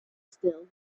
still